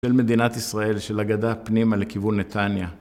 של מדינת ישראל של אגדה פנימה לכיוון נתניה